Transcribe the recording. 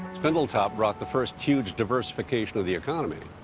spindletop brought the first huge diversification of the economy.